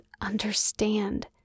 understand